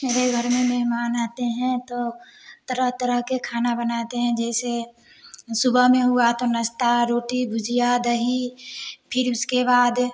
मेरे घर में मेहमान आते हैं तो तरह तरह के खाना बनाते हैं जैसे सुबह में हुआ तो नस्ता रोटी भुजिया दही फिर उसके बाद